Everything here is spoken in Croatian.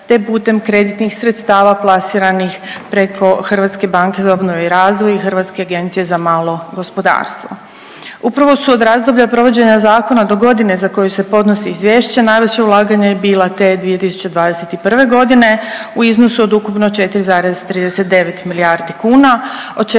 te putem kreditnih sredstava plasiranih preko HBOR-a i Hrvatske agencije za malo gospodarstvo. Upravo su do razdoblja provođenja zakona do godine za koju se podnosi izvješće najveće ulaganje je bila te 2021. godine u iznosu od ukupno 4,39 milijardi kuna